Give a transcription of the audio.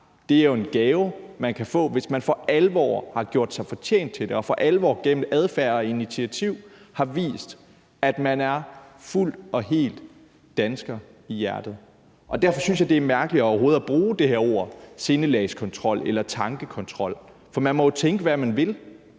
man kan få, hvis man for alvor har gjort sig fortjent til det, og hvis man for alvor gennem sin adfærd og sine initiativer har vist, at man er fuldt og helt dansker i hjertet. Derfor synes jeg, det er mærkeligt overhovedet at bruge det her ord sindelagskontrol eller tankekontrol, for man må jo tænke, hvad man vil